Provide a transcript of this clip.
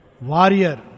warrior